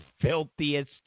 filthiest